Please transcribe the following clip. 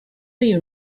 you